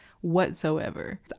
whatsoever